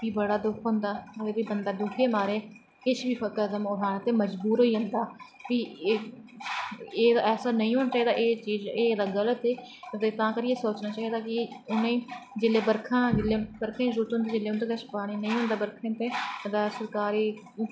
फ्ही बड़ा दुख होंदा फ्ही बंहा दुखे दे मारे किश बी कदम उठाने तै मजबूर होई जंदा फ्ही एह् ऐसी नी होना चाही दा एह् गल्त ऐ ते तां करियै सोचना चाही दा कि उनेंगी जिसले बर्खां गी सोचन ते जिसलै उंदे कोल पानी नी होंदा ते ओह् सरकारी